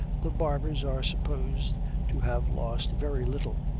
the barbers are supposed to have lost very little.